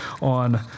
on